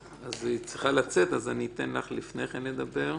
צריכה לצאת אז אתן לך לדבר לפני כן.